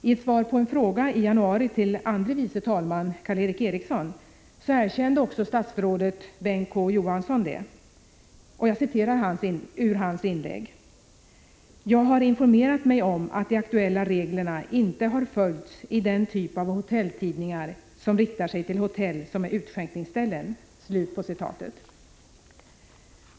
I ett svar på en fråga i januari från andre vice talmannen Karl Erik Eriksson erkände också statsrådet Bengt K. Å. Johansson att ”de aktuella reglerna inte har följts i den typ av hotelltidningar som riktar sig till hotell som är utskänkningsställen”.